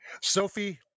sophie